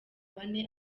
bane